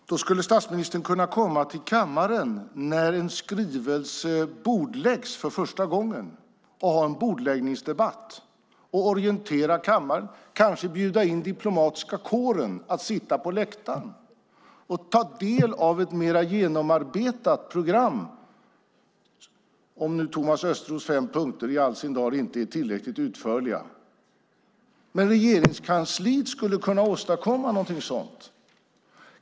Fru talman! Nåväl! Då skulle statsministern kunna komma till kammaren när en skrivelse bordläggs för första gången och ha en bordläggningsdebatt. Då kan han orientera kammaren, kanske bjuda in diplomatiska kåren att sitta på läktaren och ta del av ett mer genomarbetat program - om nu Thomas Östros fem punkter i all sin dar inte är tillräckligt utförliga. Regeringskansliet skulle kunna åstadkomma något sådant.